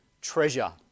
treasure